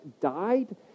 died